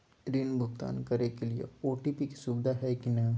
ऋण भुगतान करे के लिए ऑटोपे के सुविधा है की न?